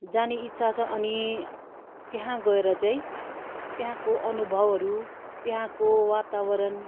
जाने इच्छा छ अनि त्यहाँ गएर चाहिँ त्यहाँको अनुभवहरू त्यहाँको वातावरण